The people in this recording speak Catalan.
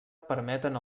permeten